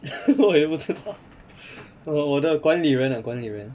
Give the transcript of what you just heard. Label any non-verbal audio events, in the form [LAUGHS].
[LAUGHS] 我也不知道我的管理员啦管理员